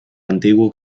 antiguo